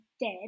dead